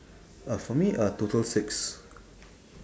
uh for me uh total six